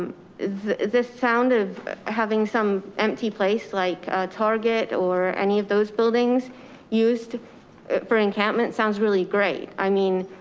the sound of having some empty place, like a target or any of those buildings used for an encampment sounds really great. i mean,